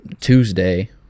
Tuesday